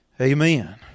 Amen